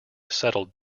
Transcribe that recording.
settled